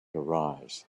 arise